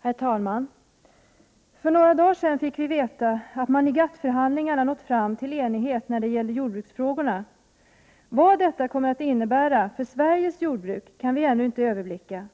Herr talman! Vi fick för några dagar sedan veta att man i GATT 12 april 1989 förhandlingarna nått fram till enighet när det gällde jordbruksfrågorna. Vad detta kommer att innebära för Sveriges jordbruk kan vi ännu inte överblicka.